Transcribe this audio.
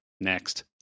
next